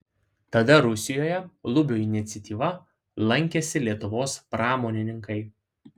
tada rusijoje lubio iniciatyva lankėsi lietuvos pramonininkai